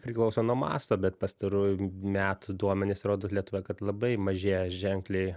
priklauso nuo masto bet pastarųjų metų duomenys rodo lietuva kad labai mažėja ženkliai